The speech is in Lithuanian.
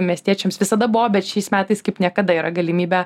miestiečiams visada buvo bet šiais metais kaip niekada yra galimybė